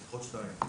עוד שניים.